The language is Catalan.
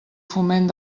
foment